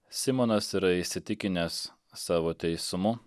simonas yra įsitikinęs savo teisumu